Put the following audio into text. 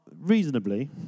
reasonably